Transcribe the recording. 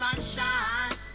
Sunshine